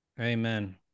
Amen